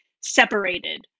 separated